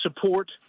support